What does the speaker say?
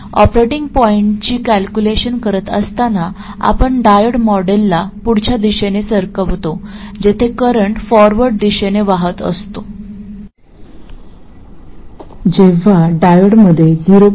operating पॉईंटची calculation करत असताना आपण डायोड मॉडेलला पुढच्या दिशेने सरकवतो जिथे करंट फॉरवर्ड दिशेने वाहत असतो जेव्हा डायोडमध्ये 0